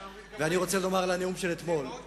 זה מאוד קשה,